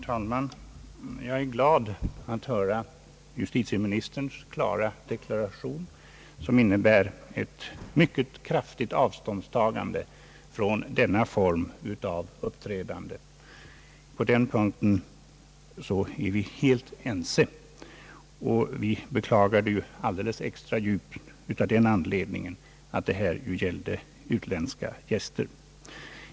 Herr talman! Jag är glad att höra justitieministerns klara «deklaration, som innebär ett mycket kraftigt avståndstagande från denna form av uppträdande. På den punkten är vi helt ense, och vi beklagar det inträffade alldeles extra djupt av den anledningen att det rörde sig om utländska gäster.